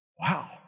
Wow